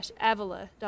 Avila